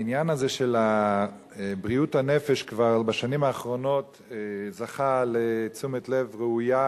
העניין הזה של בריאות הנפש בשנים האחרונות זכה לתשומת לב ראויה,